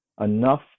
enough